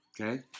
okay